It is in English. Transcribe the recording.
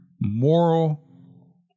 moral